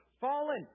fallen